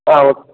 ஆ okay